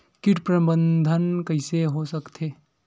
कीट प्रबंधन कइसे हो सकथे?